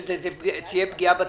מכך שתהיה פגיעה בתחרות?